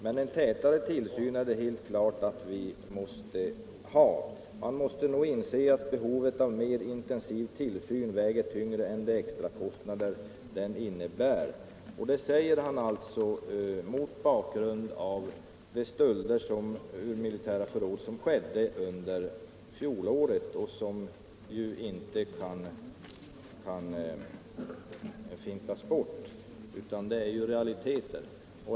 Men en tätare tillsyn är det helt klart att vi måste ha. Man måste nog inse att behovet av en mer intensiv tillsyn väger tyngre än de extrakostnader den innebär.” Detta säger han mot bakgrund av de stölder ur militärförråd som skedde under fjolåret och som inte kan fintas bort, för de är ju realiteter.